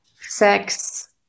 sex